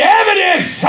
evidence